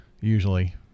Usually